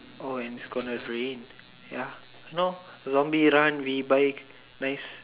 oh and it's going to rain ya you know zombie run we buy nice